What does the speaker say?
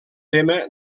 tema